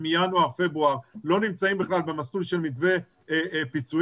מינואר-פברואר לא נמצאים בכלל במסלול של מתווה פיצויים,